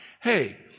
Hey